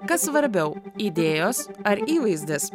kas svarbiau idėjos ar įvaizdis